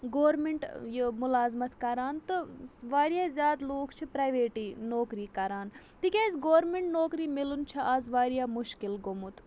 government یہِ مُلازمَتھ کَران تہٕ واریاہ زیادٕ لوٗکھ چھِ پرٛایویٹٕے نوکری کَران تِکیٛازِ گورمٮ۪نٛٹ نوکری مِلُن چھِ آز واریاہ مُشکِل گوٚمُت